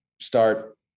start